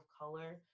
color